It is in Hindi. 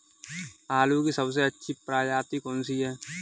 आलू की सबसे अच्छी प्रजाति कौन सी है?